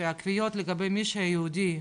שהקביעות לגבי מי שיהודי,